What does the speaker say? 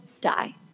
die